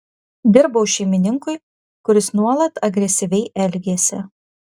dirbau šeimininkui kuris nuolat agresyviai elgėsi